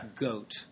goat